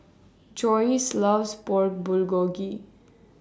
Joyce loves Pork Bulgogi